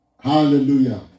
Hallelujah